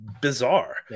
bizarre